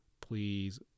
Please